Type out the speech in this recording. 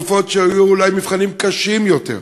בתקופות שהיו בהן אולי מבחנים קשים יותר,